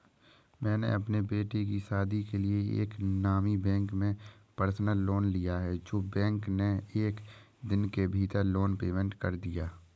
मैंने अपने बेटे की शादी के लिए एक नामी बैंक से पर्सनल लोन लिया है जो बैंक ने एक दिन के भीतर लोन पेमेंट कर दिया